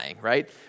right